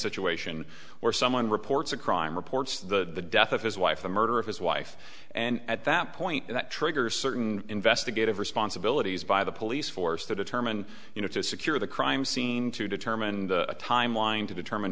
situation where someone reports a crime reports the death of his wife the murder of his wife and at that point that triggers certain investigative responsibilities by the police force to determine you know to secure the crime scene to determine a timeline to determine